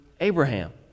Abraham